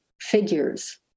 figures